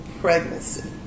pregnancy